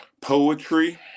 poetry